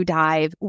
dive